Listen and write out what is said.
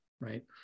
right